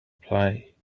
play